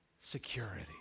security